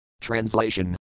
Translation